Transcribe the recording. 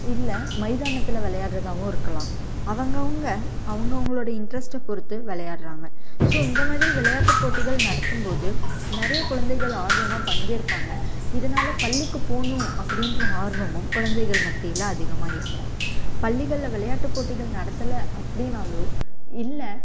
இல்லை மைதானத்தில் விளையாடுறதாவும் இருக்கலாம் அவங்கவங்க அவங்கவங்களுடைய இன்ட்ரெஸ்ட்டை பொறுத்து விளையாடுறாங்க ஸோ இந்த மாதிரி விளையாட்டு போட்டிகள் நடத்தும் போது நிறைய குழந்தைகள் ஆர்வமாக பங்கேற்பாங்க இதனால பள்ளிக்குப் போகணும் அப்படின்ற ஆர்வமும் குழந்தைகள் மத்தியில் அதிகமாக இருக்கும் பள்ளிகளில் விளையாட்டு போட்டிகள் நடத்தலை அப்டின்னாலோ இல்லை